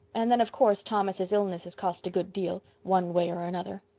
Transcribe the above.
and then of course thomas' illness has cost a good deal, one way or another.